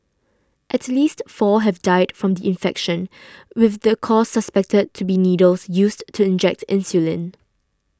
at least four have died from the infection with the cause suspected to be needles used to inject insulin